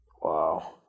Wow